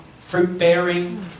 fruit-bearing